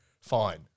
fine